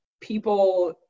people